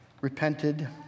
repented